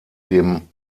dem